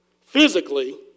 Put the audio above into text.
physically